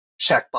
checkbox